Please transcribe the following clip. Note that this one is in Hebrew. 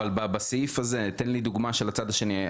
בסעיף הזה, תן לי דוגמה של הצד השני.